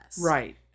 Right